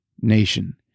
nation